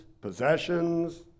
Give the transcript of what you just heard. possessions